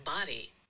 body